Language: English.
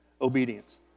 obedience